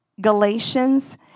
Galatians